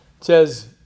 says